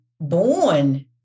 born